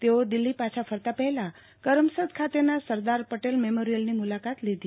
તેઓ દિલ્હી પાછા ફરતા પહેલા કરમસદ ખાતેના સરદાર પટેલ મેમોરીયલની મુલાકાત લીધી